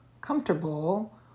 comfortable